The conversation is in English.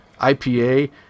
IPA